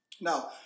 now